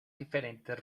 diferentes